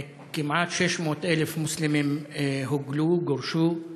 כמעט 600,000 מוסלמים הוגלו, גורשו,